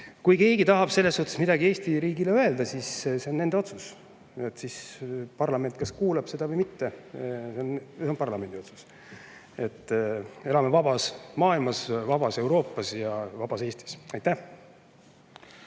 Kui keegi tahab selles suhtes midagi Eesti riigile öelda, see on nende otsus. Parlament kas kuulab seda või mitte, see on parlamendi otsus. Me elame vabas maailmas, vabas Euroopas ja vabas Eestis. Aitäh!